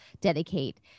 dedicate